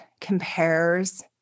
compares